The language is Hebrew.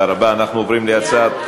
40 בעד,